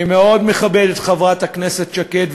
אני מאוד מכבד את חברת הכנסת שקד,